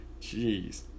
Jeez